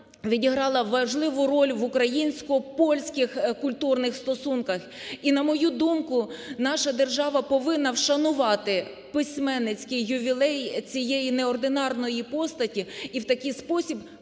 відіграла важливу роль в українсько-польських культурних стосунках. І, на мою думку, наша держава повинна вшанувати письменницький ювілей цієї не ординарної постаті і в такий спосіб